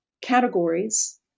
categories